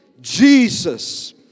Jesus